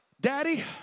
Daddy